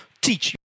teach